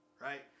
Right